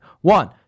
One